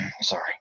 Sorry